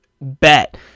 bet